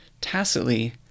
tacitly